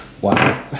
Wow